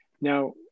Now